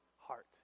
heart